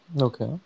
Okay